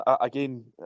again